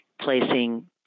placing